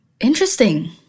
interesting